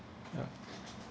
ya